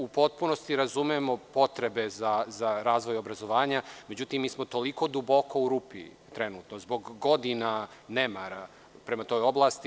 U potpunosti razumemo potrebe za razvoj obrazovanja, međutim mi smo toliko duboko u rupi trenutno, zbog godina nemara prema toj oblasti.